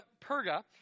Perga